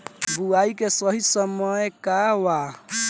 बुआई के सही समय का वा?